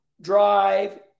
drive